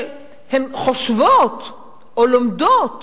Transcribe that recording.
שחושבות או לומדות